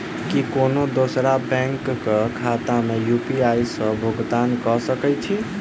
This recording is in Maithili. की कोनो दोसरो बैंक कऽ खाता मे यु.पी.आई सऽ भुगतान कऽ सकय छी?